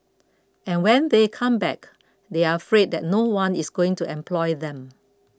and when they come back they are afraid that no one is going to employ them